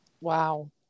Wow